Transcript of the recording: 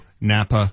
Napa